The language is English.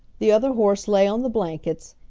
the other horse lay on the blankets,